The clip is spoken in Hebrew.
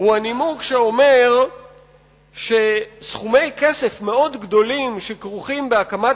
הוא הנימוק שאומר שסכומי כסף מאוד גדולים שכרוכים בהקמת